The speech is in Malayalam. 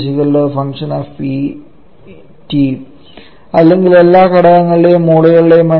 𝐺 𝑓𝑃 𝑇 അല്ലെങ്കിൽ എല്ലാ ഘടകങ്ങളുടെയും മോളുകളുടെ എണ്ണം